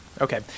Okay